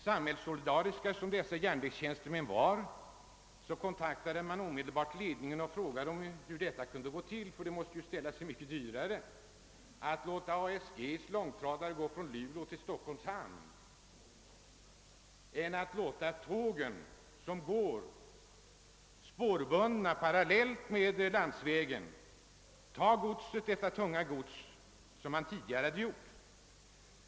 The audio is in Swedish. Samhällssolidariska som dessa järnvägstjänstemän var, kontaktade de omedelbart ledningen och frågade, hur detta var möjligt, eftersom det ju måste ställa sig mycket dyrare att låta ASG:s långtradare gå från Luleå till Stockholms hamn än att låta tågen, som går spårbundna parallellt med landsvägen, ta detta tunga gods, som tidigare skett.